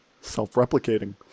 Self-replicating